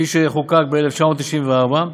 כפי שחוקק ב-1994,